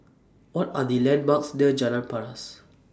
What Are The landmarks near Jalan Paras